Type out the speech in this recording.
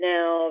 Now